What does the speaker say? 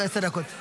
עשר דקות.